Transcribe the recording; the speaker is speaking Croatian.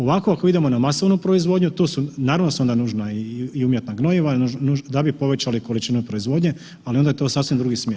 Ovako ako idemo na masovnu proizvodnju, tu su, naravno da su onda nužna i umjetna gnojiva da bi povećali količinu proizvodnje, ali je onda to sasvim drugi smjer.